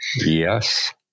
yes